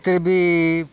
ଏତେବି